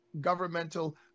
governmental